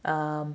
um